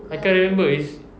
I can't remember it's